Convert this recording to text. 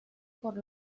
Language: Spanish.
por